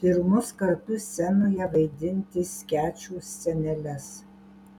pirmus kartus scenoje vaidinti skečų sceneles